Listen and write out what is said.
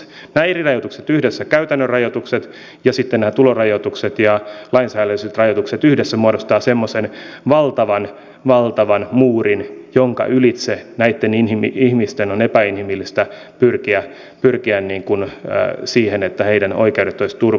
nämä eri rajoitukset yhdessä käytännön rajoitukset ja sitten nämä tulorajoitukset ja lainsäädännölliset rajoitukset yhdessä muodostavat semmoisen valtavan valtavan muurin jonka ylitse näitten ihmisten on epäinhimillistä pyrkiä siihen että heidän oikeutensa olisivat turvattuja